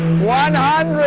one ah